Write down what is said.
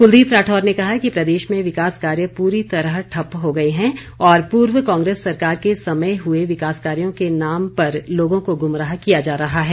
कुलदीप राठौर ने कहा कि प्रदेश में विकास कार्य पूरी तरह ठप हो गए हैं और पूर्व कांग्रेस सरकार के समय हुए विकास कार्यों के नाम पर लोगों को गुमराह किया जा रहा है